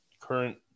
current